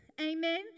Amen